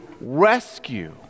rescue